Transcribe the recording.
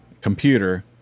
computer